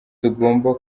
tugomba